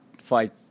fight